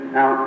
Now